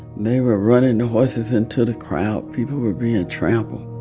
they were running the horses into the crowd. people were being trampled